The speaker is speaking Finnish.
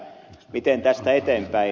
miten tästä eteenpäin